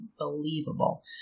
unbelievable